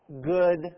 good